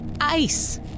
Ice